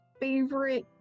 favorite